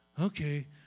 okay